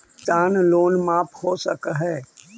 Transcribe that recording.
किसान लोन माफ हो सक है?